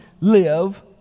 live